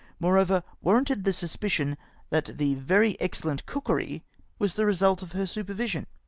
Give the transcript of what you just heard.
moreover, warranted the suspicion that the very excel lent cookery was the result of her supervision.